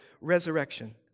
resurrection